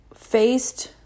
Faced